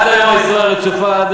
עד היום ההיסטוריה רצופה,